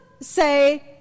say